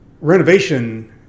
renovation